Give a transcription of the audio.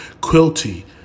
Quilty